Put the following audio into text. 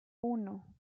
uno